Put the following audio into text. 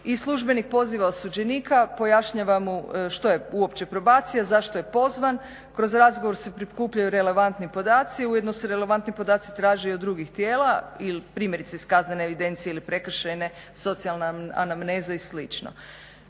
i službenik poziva osuđenika, pojašnjava mu što je uopće probacija, zašto je pozvan, kroz razgovor se prikupljaju relevantni podaci, ujedno se relevantni podaci traže i od drugih tijela ili primjerice iz kaznene evidencije ili prekršajne socijalna anamneza i